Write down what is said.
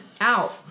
out